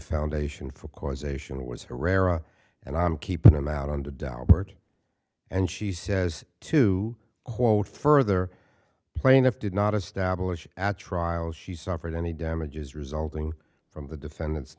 foundation for causation was herrera and i'm keepin him out on the downward and she says to hold further plaintiff did not establish at trial she suffered any damages resulting from the defendant's